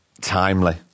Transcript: timely